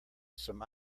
some